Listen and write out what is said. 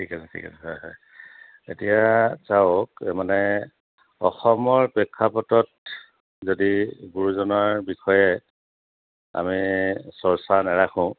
ঠিক আছে ঠিক আছে হয় হয় এতিয়া চাওক মানে অসমৰ প্ৰেক্ষাপটত যদি গুৰুজনাৰ বিষয়ে আমি চৰ্চা নাৰাখো